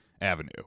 avenue